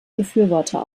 befürworter